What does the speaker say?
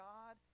God